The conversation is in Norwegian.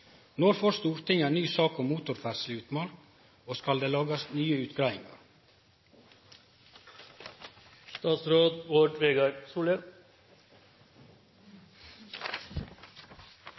får Stortinget ei ny sak om motorferdsle i utmark, og skal det lagast nye utgreiingar?»